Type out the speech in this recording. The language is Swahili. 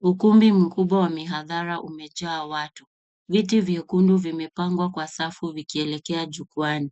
Ukumbi mkubwa wa mihadhara umejaa watu. Viti vyekundu vimepangwa kwa safu vikielekea jukwani.